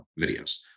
videos